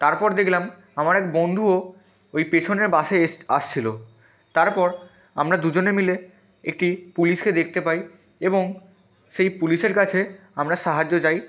তারপর দেখলাম আমার এক বন্ধুও ওই পেছনের বাসে এসে আসছিলো তারপর আমরা দুজনে মিলে একটি পুলিশকে দেখতে পাই এবং সেই পুলিশের কাছে আমরা সাহায্য চাই